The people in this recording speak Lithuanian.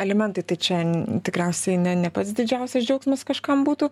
alimentai tai čia tikriausiai ne ne pats didžiausias džiaugsmas kažkam būtų